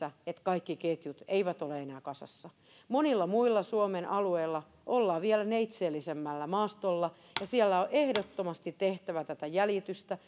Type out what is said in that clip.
että kaikki ketjut eivät ole enää kasassa monilla muilla suomen alueilla ollaan vielä neitseellisemmällä maastolla ja siellä on ehdottomasti tehtävä tätä jäljitystä